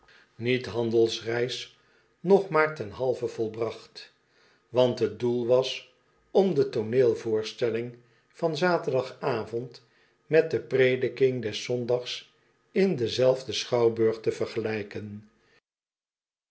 ni et handelsreis nog maar ten halve volbracht want t doel was om de tooneelvoorstelling van zaterdagavond met de prediking des zondags in denzelfden schouwburg te vergelijken